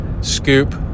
scoop